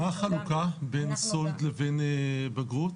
מה החלוקה בין סולד לבין בגרות?